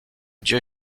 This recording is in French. dieu